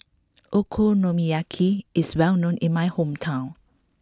Okonomiyaki is well known in my hometown